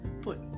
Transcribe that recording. Put